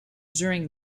during